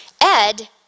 Ed